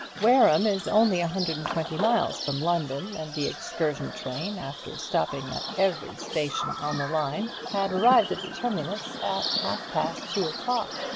wareham is only a hundred and twenty miles from london and the excursion train, after stopping at every station on the line, had arrived at the terminus at half-past two o'clock.